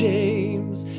James